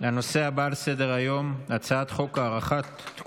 אנחנו עוברים לנושא הבא בסדר-היום הצעת